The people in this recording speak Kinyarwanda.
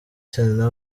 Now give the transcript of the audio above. serena